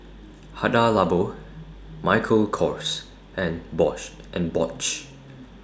Hada Labo Michael Kors and and Bosch